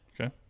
Okay